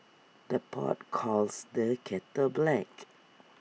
the pot calls the kettle black